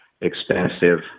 expensive